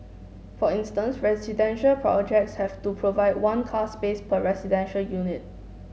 for instance residential projects have to provide one car space per residential unit